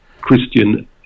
Christian